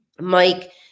Mike